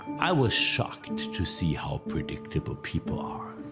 i was shocked to see how predictable people are.